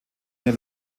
hier